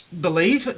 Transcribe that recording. believe